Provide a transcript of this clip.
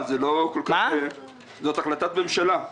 זאת החלטת ממשלה.